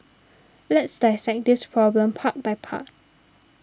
let's dissect this problem part by part